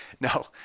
no